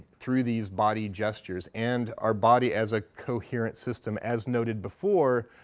through these body gestures and our body as a coherent system as noted before,